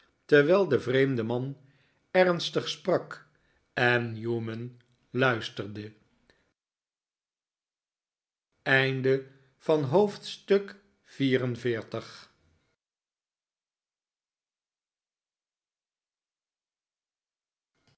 terwijl de vreemde man ernstig sprak en newman luisterde hoofdstuk